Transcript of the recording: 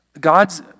God's